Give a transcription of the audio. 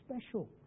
special